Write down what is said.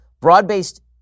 Broad-based